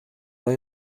های